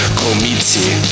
committee